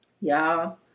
Y'all